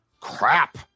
crap